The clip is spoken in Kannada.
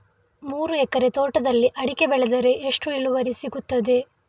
ಮೂರು ಎಕರೆ ತೋಟದಲ್ಲಿ ಅಡಿಕೆ ಬೆಳೆದರೆ ಎಷ್ಟು ಇಳುವರಿ ಸಿಗುತ್ತದೆ?